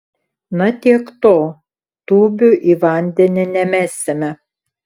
na tiek to tūbių į vandenį nemesime